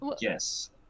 Yes